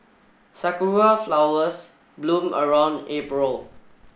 sakura flowers bloom around April